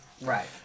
Right